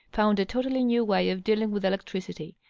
found a totally new way of dealing with electricity,